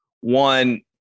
One